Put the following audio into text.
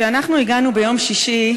"כשאנחנו הגענו ביום שישי,